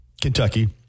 Kentucky